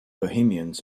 bohemians